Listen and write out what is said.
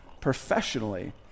professionally